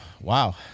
Wow